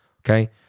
okay